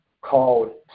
called